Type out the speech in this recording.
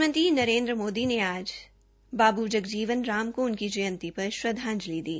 प्रधानमंत्री नरेन्द्र मोदी ने आज बाबू जगजीवन राम को उनकी जयंती पर श्रद्धांजलि दी